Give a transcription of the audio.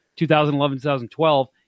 2011-2012